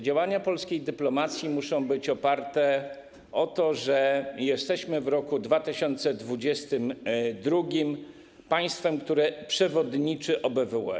Działania polskiej dyplomacji muszą być oparte na tym, że jesteśmy w roku 2022 państwem, które przewodniczy OBWE.